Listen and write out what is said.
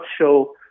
show